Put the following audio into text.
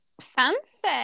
Fancy